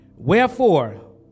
Wherefore